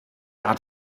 art